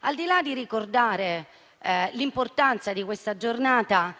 Al di là di ricordare l'importanza di questa giornata,